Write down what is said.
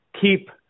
keep